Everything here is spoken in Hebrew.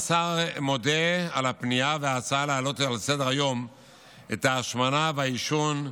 השר מודה על הפנייה וההצעה להעלות על סדר-היום את ההשמנה והעישון,